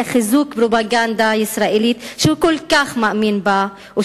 חיזוק הפרופוגנדה הישראלית שהוא כל כך מאמין בה,